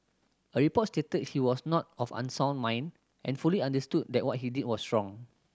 a report stated he was not of unsound mind and fully understood that what he did was wrong